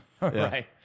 Right